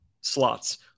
slots